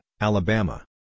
Alabama